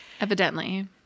Evidently